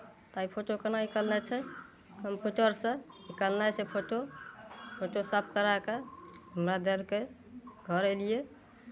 आ ई फोटो केना निकलनाइ छै कम्प्यूटरसँ निकालनाइ छै फोटो फोटो साफ कराए कऽ हमरा देलकै घर एलियै